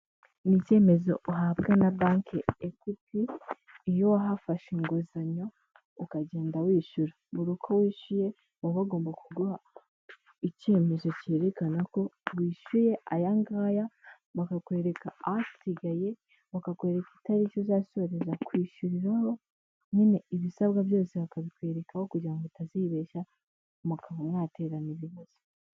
Ni icyemezo uhabwe na banki Equity, iyo wahafashe inguzanyo ukagenda wishyura, buri uko wishyuye baba bagomba kuguha icyemezo cyerekana ko wishyuye aya ngaya bakakwereka ahasigaye, bakakwereka itariki uzasoreza kwishyuriraho, nyine ibisabwa byose bakabikwerekaho kugira ngo utazibeshya, mukaba mwaterana ibibazo.